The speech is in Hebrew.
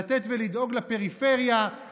לתת ולדאוג לפריפריה,